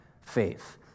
faith